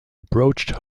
approached